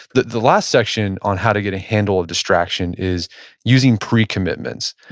the the last section on how to get a handle of distraction is using precommitments.